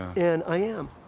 and, i am.